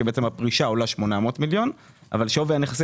כי הפרישה עולה 800 מיליון אבל שווי הנכסים